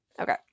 okay